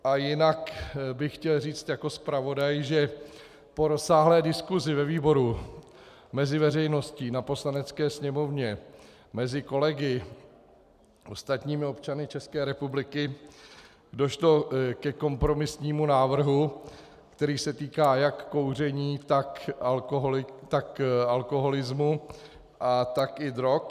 A jinak bych chtěl říct jako zpravodaj, že po rozsáhlé diskusi ve výboru, mezi veřejností, na Poslanecké sněmovně, mezi kolegy, ostatními občany České republiky došlo ke kompromisnímu návrhu, který se týká jak kouření, tak alkoholismu, tak i drog.